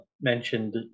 mentioned